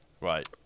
Right